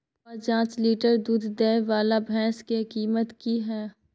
प जॉंच लीटर दूध दैय वाला भैंस के कीमत की हय?